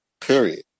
period